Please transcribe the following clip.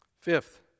Fifth